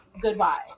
Goodbye